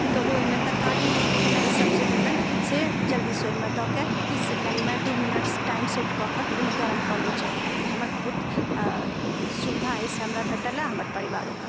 तऽ ओहिमे तरकारी खेनाइसभ जे भेलनि से जल्दीसँ ओहिमे दऽ के तीस सेकेण्डमे दू मिनट टाइम सेट कऽ कऽ ओहिमे गरम कऽ लैत छथि तऽ ई हमर बहुत सुविधा हमरा एहिसँ भेटल हेँ आ हमर परिवारोकेँ